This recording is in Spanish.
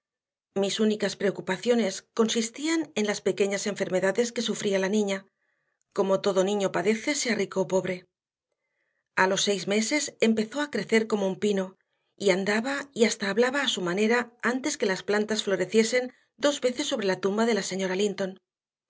mis únicas preocupaciones consistían en las pequeñas enfermedades que sufría la niña como todo niño padece sea rico o pobre a los seis meses empezó a crecer como un pino y andaba y hasta hablaba a su manera antes que las plantas floreciesen dos veces sobre la tumba de la señora linton